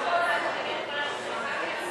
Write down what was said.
ההצעה להפוך את הצעת חוק למניעת אלימות במשפחה (תיקון,